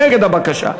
נגד הבקשה.